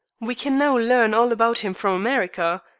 we can now learn all about him from america.